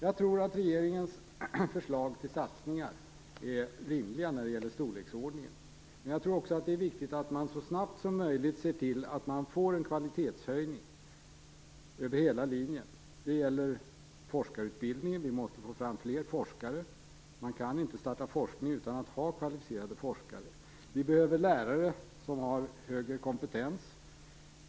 Jag tror att regeringens förslag till satsningar är rimliga när det gäller storleksordningen, men jag tror också att det är viktigt att man så snabbt som möjligt ser till att man får en kvalitetshöjning över hela linjen. Det gäller forskarutbildningen. Vi måste få fram fler forskare. Man kan inte starta forskning utan att ha kvalificerade forskare. Vi behöver lärare som har högre kompetens.